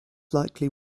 likely